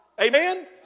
Amen